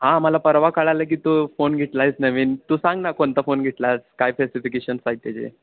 हां मला परवा कळलं की तू फोन घेतला आहेस नवीन तू सांग ना कोणता फोन घेतलास काय स्पेसिफिकेशन्स आहेत त्याचे